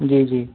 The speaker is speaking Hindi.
जी जी